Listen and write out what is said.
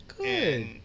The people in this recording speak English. Good